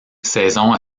saison